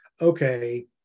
okay